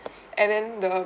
and then the